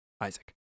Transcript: Isaac